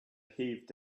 heaved